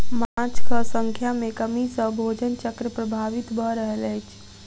माँछक संख्या में कमी सॅ भोजन चक्र प्रभावित भ रहल अछि